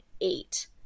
eight